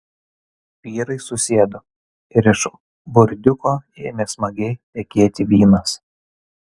vyrai susėdo ir iš burdiuko ėmė smagiai tekėti vynas